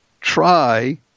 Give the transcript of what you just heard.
try